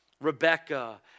Rebecca